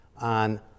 on